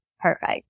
perfect